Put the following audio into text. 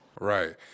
Right